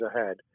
ahead